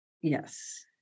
Yes